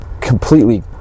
completely